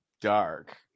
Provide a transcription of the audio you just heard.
dark